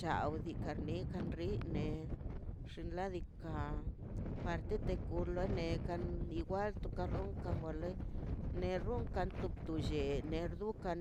Chaw dika nenkan rine xinladika para tete kulon neka igual par to ka rronkan wa loi nerunkan tu lle nu kan